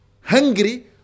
hungry